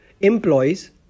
employees